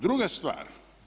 Druga stvar.